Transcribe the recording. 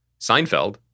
Seinfeld